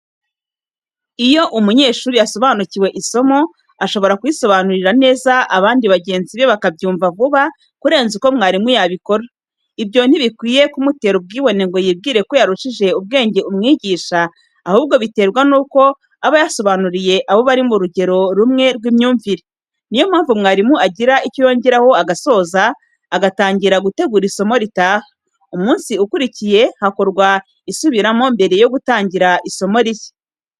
Iyo umunyeshuri yasobanukiwe isomo, ashobora kurisobanurira neza abandi bagenzi be bakabyumva vuba kurenza uko mwarimu yabikora, ibyo ntibikwiye kumutera ubwibone ngo yibwire ko yarushije ubwenge umwigisha, ahubwo biterwa nuko aba yasobanuriye abo bari ku rugero rumwe rw'imyumvire, ni yo mpamvu mwarimu agira icyo yongeraho agasoza, agatangira gutegura isomo ritaha, umunsi ukurikiye hakorwa isubiramo mbere yo gutangira isomo rishya.